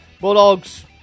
Bulldogs